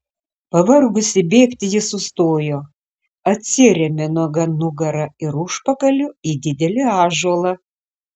pavargusi bėgti ji sustojo atsirėmė nuoga nugara ir užpakaliu į didelį ąžuolą